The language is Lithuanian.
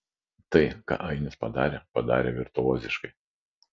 tai ką ainis padarė padarė virtuoziškai